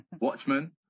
Watchmen